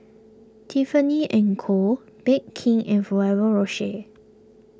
Tiffany and Co Bake King and Ferrero Rocher